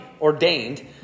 ordained